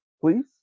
please